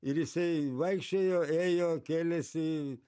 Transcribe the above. ir jisai vaikščiojo ėjo kėlėsi